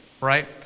right